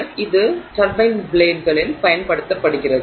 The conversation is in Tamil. எனவே இது டர்பைன் பிளேட்களில் பயன்படுத்தப்படுகிறது